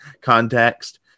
context